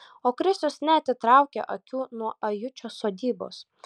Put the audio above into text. o krisius neatitraukia akių nuo ajučio sodybos